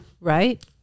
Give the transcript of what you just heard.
Right